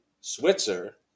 Switzer